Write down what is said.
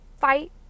fight